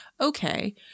okay